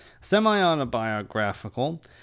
semi-autobiographical